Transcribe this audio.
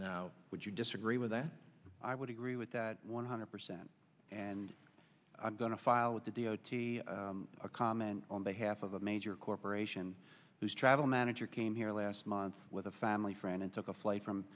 do would you disagree with that i would agree with that one hundred percent and i'm going to file with the d o t a comment on behalf of a major corporation whose travel manager came here last month with a family friend and took a flight from